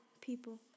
people